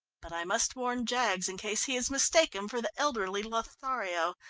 but i must warn jaggs, in case he is mistaken for the elderly lothario.